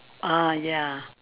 ah ya